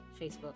Facebook